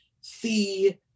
see